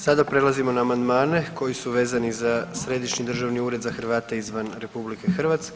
Sada prelazimo na amandmane koji su vezani za Središnji državni ured za Hrvate izvan RH.